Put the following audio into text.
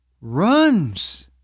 runs